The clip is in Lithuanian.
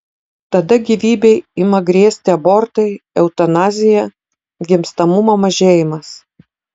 tada gyvybei ima grėsti abortai eutanazija gimstamumo mažėjimas